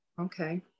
okay